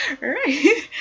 Right